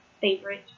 favorite